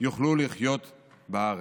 יוכלו לחיות בארץ.